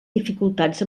dificultats